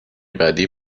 بعدی